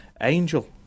Angel